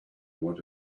want